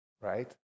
right